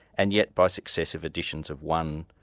and yet by successive additions of one,